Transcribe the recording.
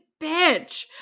bitch